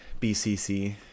bcc